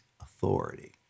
authority